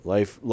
Life